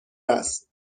است